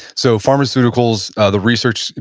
so pharmaceuticals, the research,